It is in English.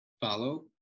Follow